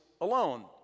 alone